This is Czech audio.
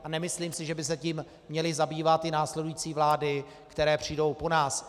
A nemyslím si, že by se tím měly zabývat i následující vlády, které přijdou po nás.